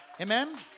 Amen